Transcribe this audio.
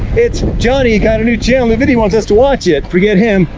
it's johnny, he got a new channel that he wants us to watch it, forget him,